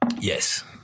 Yes